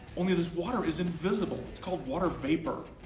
only this water is invisible, it's called water vapor.